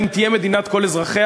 אם תהיה מדינת כל אזרחיה,